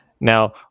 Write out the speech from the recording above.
now